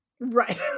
right